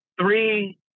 three